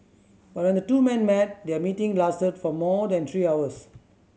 but when the two men met their meeting lasted for more than three hours